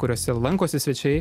kuriose lankosi svečiai